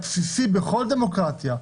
הבסיסי בכל דמוקרטיה,